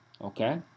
okay